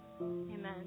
amen